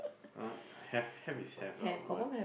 uh have have is have lah worse